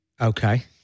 Okay